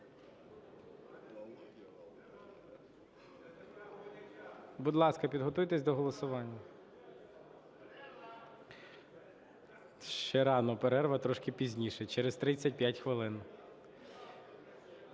Будь ласка, підготуйтеся до голосування. Ще рано, перерва трішки пізніше, через 35 хвилин.